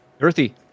Earthy